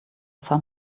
some